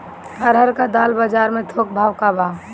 अरहर क दाल बजार में थोक भाव का बा?